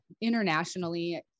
internationally